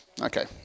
Okay